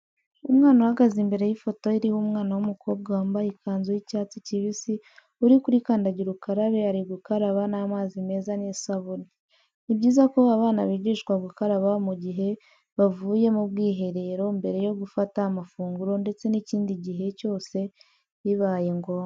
Umwana uhagaze imbere y'ifoto iriho umwana w'umukobwa wamabaye ikanzu y'icyatsi kibisi uri kuri kandagirukarabe ari gukaraba n'amazi meza n'isabune . Ni byiza ko abana bigishwa gukaraba mu gihe bavuye mu bwiherero, mbere yo gufata amafunguro ndetse n'ikindi gihe cyose bibaye ngombwa.